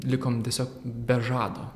likome tiesiog be žado